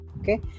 Okay